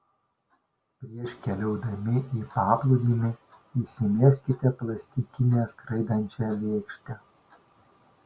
prieš keliaudami į paplūdimį įsimeskite plastikinę skraidančią lėkštę